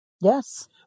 Yes